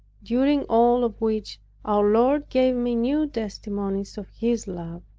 during all of which our lord gave me new testimonies of his love.